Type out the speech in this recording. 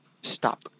stop